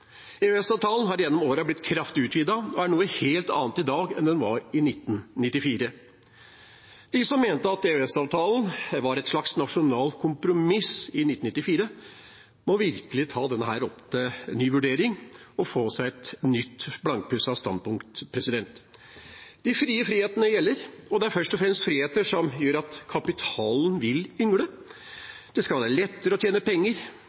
har gjennom årene blitt kraftig utvidet og er noe helt annet i dag enn den var i 1994. De som mente at EØS-avtalen var et slags nasjonalt kompromiss i 1994, må virkelig ta den opp til ny vurdering og få seg et nytt, blankpusset standpunkt. De fire frihetene gjelder, og det er først og fremst friheter som gjør at kapitalen vil yngle. Det skal være lettere å tjene penger,